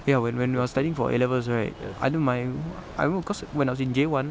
ya when when I was studying for A levels right I don't my I don't know cause when I was in J one